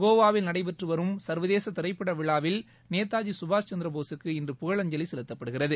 கோவாவில் நடைபெற்று வரும் சுள்வதேச திரைப்பட விழாவில் நேதாஜி சுபாஷ் சந்திரபோசுக்கு இன்று புகழஞ்சலி செலுத்தப்படுகிறது